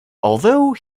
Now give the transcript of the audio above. although